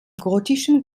gotischen